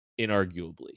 inarguably